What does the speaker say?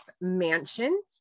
mansion